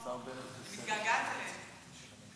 אני מתגעגעת אליהם.